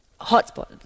hotspot